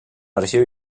arxiu